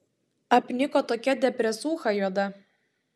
apniko tokia depresūcha juoda